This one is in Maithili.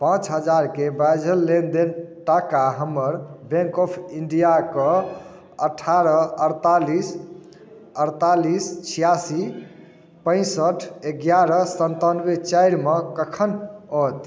पाँच हजारके बाझल लेनदेन टाका हमर बैँक ऑफ इण्डियाके अठारह अड़तालिस अड़तालिस छिआसी पैँसठि एगारह सनतानवे चारिमे कखन आओत